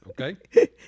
Okay